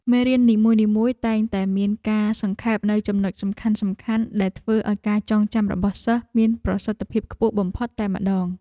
មេរៀននីមួយៗតែងតែមានការសង្ខេបនូវចំណុចសំខាន់ៗដែលធ្វើឱ្យការចងចាំរបស់សិស្សមានប្រសិទ្ធភាពខ្ពស់បំផុតតែម្តង។